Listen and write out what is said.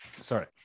sorry